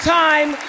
time